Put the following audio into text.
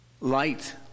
Light